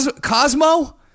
Cosmo